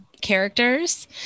characters